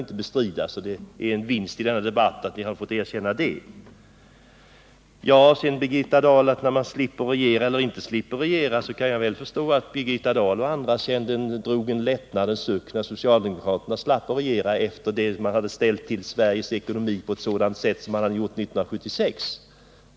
När det gäller att regera eller slippa att regera kan jag mycket väl förstå att Birgitta Dahl och andra drog en lättnadens suck när socialdemokraterna slapp att regera efter det att socialdemokraterna hade ställt till Sveriges ekonomi som de hade gjort före 1976.